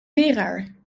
leraar